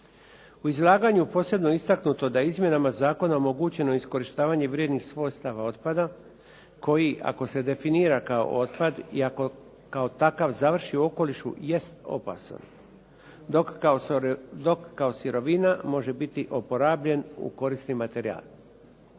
U izlaganju posebno istaknuto da je izmjenama zakona omogućeno iskorištavanje vrijednih svojstava otpada koji ako se definira kao otpad i ako kao takav završi u okolišu jest opasan dok kao sirovina može biti oporabljen u korisni materijal.